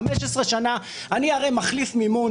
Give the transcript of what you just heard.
1 שנה אני הרי מחליף מימון,